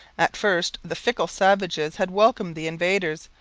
at first the fickle savages had welcomed the invaders,